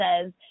says